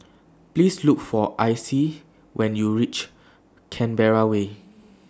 Please Look For Icie when YOU REACH Canberra Way